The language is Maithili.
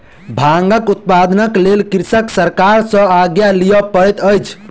भांगक उत्पादनक लेल कृषक सरकार सॅ आज्ञा लिअ पड़ैत अछि